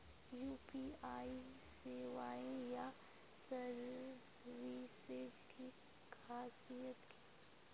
UPI सेवाएँ या services की खासियत की होचे?